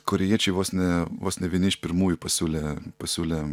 korėjiečiai vos ne vos ne vieni iš pirmųjų pasiūlė pasiūlė